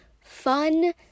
fun